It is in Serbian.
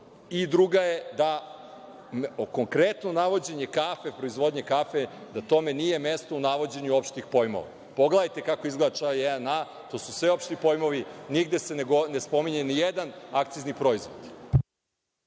a druga je konkretno navođenje proizvodnje kafe. Tome nije mesto u navođenju opštih pojmova. Pogledajte kako izgleda član 1a. To su sve opšti pojmovi i nigde se ne spominje ni jedan akcizni proizvod.